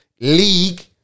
League